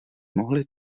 mohli